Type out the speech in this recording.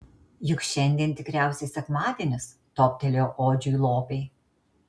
juk šiandien tikriausiai sekmadienis toptelėjo odžiui lopei